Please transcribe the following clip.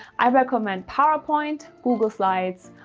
i recommend powerpoint, google slides,